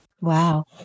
Wow